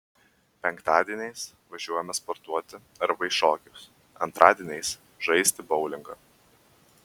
penktadieniais važiuojame sportuoti arba į šokius antradieniais žaisti boulingo